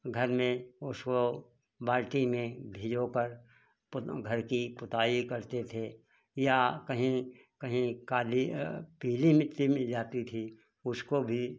घर में उसको बाल्टी में भिगोकर तब घर की पुताई करते या कही कही काली पीली मिट्टी मिल जाती थी उसको भी